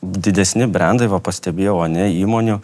didaesni brendai va pastebėjaucane įmonių